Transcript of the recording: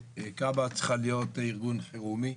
שכב"ה צריכה להיות ארגון חירומי.